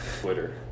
Twitter